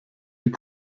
die